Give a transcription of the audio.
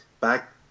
back